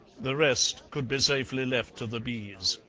the rest could be safely left to the bees.